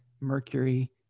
Mercury